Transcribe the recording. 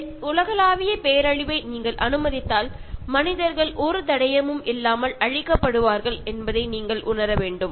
இந்த உலகளாவிய பேரழிவை நீங்கள் அனுமதித்தால் மனிதர்கள் ஒரு தடயமும் இல்லாமல் அழிக்கப்படுவார்கள் என்பதை நீங்கள் உணர வேண்டும்